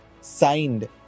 signed